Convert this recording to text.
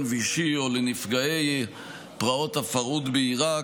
וישי או לנפגעי פרעות הפרהוד בעיראק,